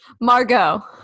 Margot